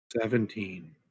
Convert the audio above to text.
Seventeen